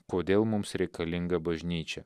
kodėl mums reikalinga bažnyčia